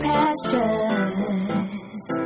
Pastures